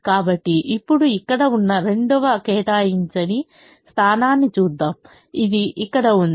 కాబట్టి ఇప్పుడు ఇక్కడ ఉన్న రెండవ కేటాయించని స్థానాన్ని చూద్దాం ఇది ఇక్కడ ఉంది